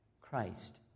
Christ